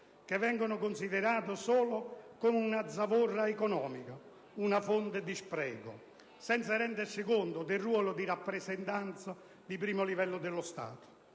che vengono considerati solo come una zavorra economica, una fonte di spreco, senza rendersi conto del ruolo di rappresentanza di primo livello dello Stato.